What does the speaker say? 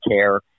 care